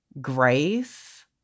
grace